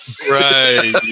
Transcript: Right